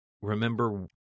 remember